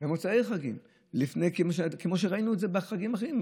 ומוצאי חגים, כמו שראינו את זה בחגים האחרים.